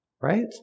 right